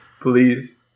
Please